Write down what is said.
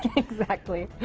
exactly.